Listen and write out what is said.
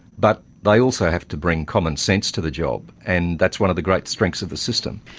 but they also have to bring common sense to the job, and that's one of the great strengths of the system.